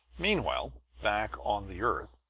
meanwhile, back on the earth,